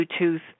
Bluetooth